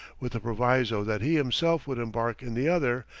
with the proviso that he himself would embark in the other,